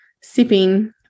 sipping